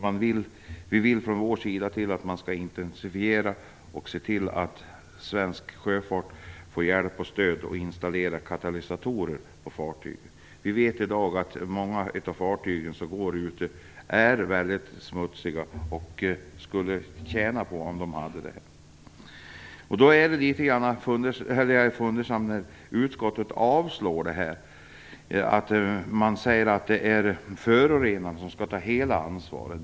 Vi vill att man skall intensifiera arbetet med att se till att svensk sjöfart får hjälp och stöd att installera katalysatorer på fartygen. Vi vet i dag att många av fartygen är väldigt smutsiga och skulle tjäna på katalysatorer. Jag blir litet fundersam när utskottet avslår vårt yrkande. Det sägs att det är förorenaren som skall ta hela ansvaret.